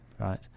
right